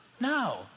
No